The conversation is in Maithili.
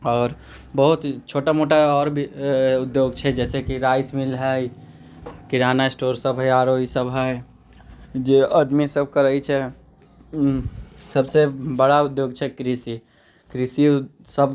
आओर बहुत छोटा मोटा आओर भी उद्योग छै जैसे कि राइस मील हइ किराना स्टोर सब हइ आरो ई सब हइ जे आदमी सब करैत छै सबसे बड़ा उद्योग छै कृषि कृषि सब